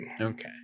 Okay